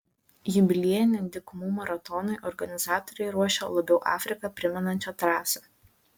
jubiliejiniam dykumų maratonui organizatoriai ruošia labiau afriką primenančią trasą